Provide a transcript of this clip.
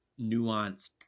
nuanced